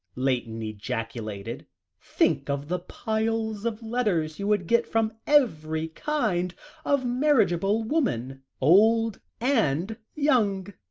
layton ejaculated think of the piles of letters you would get from every kind of marriageable woman old and young.